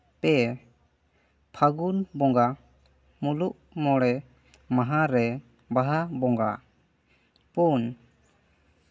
ᱯᱮ ᱯᱷᱟᱹᱜᱩᱱ ᱵᱚᱸᱜᱟ ᱢᱩᱞᱩᱜ ᱢᱚᱬᱮ ᱢᱟᱦᱟ ᱨᱮ ᱵᱟᱦᱟ ᱵᱚᱸᱜᱟ ᱯᱩᱱ